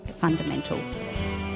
fundamental